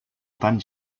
tan